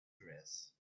dress